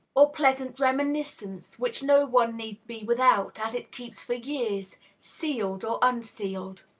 or pleasant reminiscence, which no one need be without, as it keeps for years, sealed or unsealed.